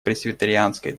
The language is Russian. пресвитерианской